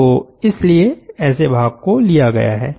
तो इसलिए ऐसे भाग को लिया गया है